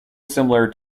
similar